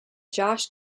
josh